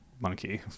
monkey